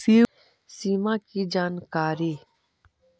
सिमा कि जानकारी?